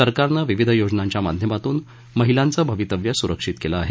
सरकारनं विविध योजनांच्या माध्यमातून महिलांचं भवितव्य सुरक्षित केलं आहे